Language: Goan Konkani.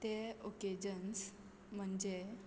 ते ओकेजन्स म्हणजे